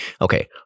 Okay